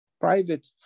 private